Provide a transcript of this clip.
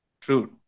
True